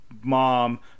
mom